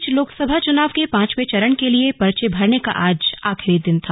इस बीच लोकसभा चुनाव के पांचवें चरण के लिए पर्चे भरने का आज आखिरी दिन था